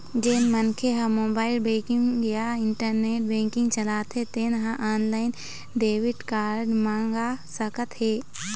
जेन मनखे ह मोबाईल बेंकिंग या इंटरनेट बेंकिंग चलाथे तेन ह ऑनलाईन डेबिट कारड मंगा सकत हे